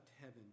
heaven